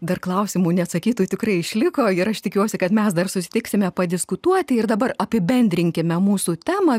dar klausimų neatsakytų tikrai išliko ir aš tikiuosi kad mes dar susitiksime padiskutuoti ir dabar apibendrinkime mūsų temą